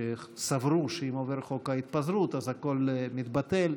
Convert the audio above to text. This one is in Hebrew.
שסברו שאם עובר חוק ההתפזרות הכול מתבטל.